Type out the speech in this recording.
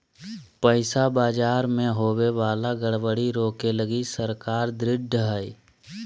पैसा बाजार मे होवे वाला गड़बड़ी रोके लगी सरकार ढृढ़ हय